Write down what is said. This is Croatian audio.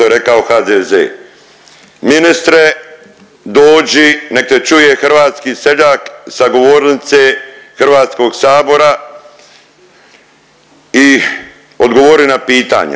Ministre dođi nek te čuje hrvatski seljak sa govornice HS-a i odgovori na pitanja.